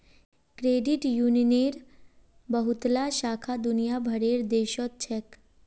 credit यूनियनेर बहुतला शाखा दुनिया भरेर देशत छेक